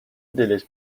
دلت